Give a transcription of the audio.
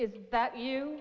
is that you